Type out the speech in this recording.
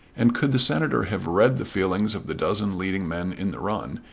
and could the senator have read the feelings of the dozen leading men in the run,